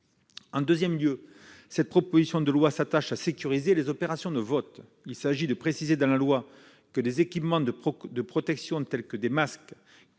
Par ailleurs, cette proposition de loi s'attache à sécuriser les opérations de vote. Il s'agit de préciser dans la loi que les équipements de protection tels que des masques